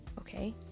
Okay